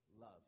Love